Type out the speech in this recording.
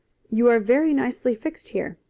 you are very nicely fixed here.